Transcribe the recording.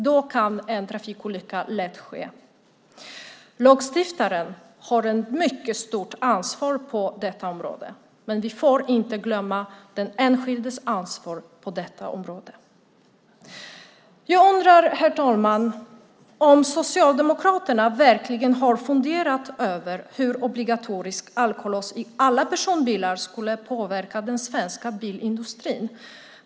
Då kan en trafikolycka lätt ske. Lagstiftaren har ett mycket stort ansvar på detta område, men vi får inte glömma den enskildes ansvar. Jag undrar om Socialdemokraterna verkligen har funderat över hur obligatoriskt alkolås i alla bilar skulle påverka den svenska bilindustrin?